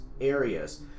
areas